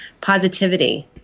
positivity